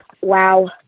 Wow